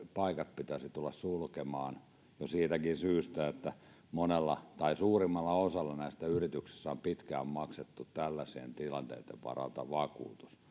paikat pitäisi tulla sulkemaan jo siitäkin syystä että monessa tai suurimmassa osassa näistä yrityksistä on pitkään maksettu tällaisten tilanteitten varalta vakuutusta